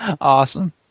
Awesome